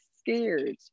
scared